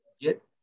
get